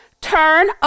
Turn